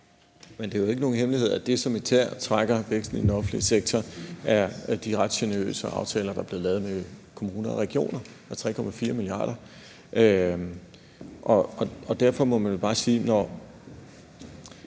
Men det er jo ikke nogen hemmelighed, at det, som især trækker væksten i den offentlige sektor, er de ret generøse aftaler, der blev lavet med kommuner og regioner om 3,4 mia. kr., og derfor må man vel bare sige, at